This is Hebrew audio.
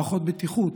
מערכות בטיחות: